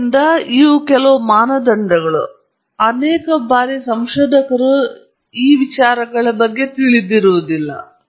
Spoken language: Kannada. ಆದ್ದರಿಂದ ಇವುಗಳು ಕೆಲವು ಮಾನದಂಡಗಳು ಮತ್ತು ಆಗಾಗ್ಗೆ ಅನೇಕ ಸಂಶೋಧಕರು ಈ ಬಗ್ಗೆ ತಿಳಿದಿರುವುದಿಲ್ಲ